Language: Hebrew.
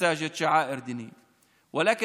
כמובן,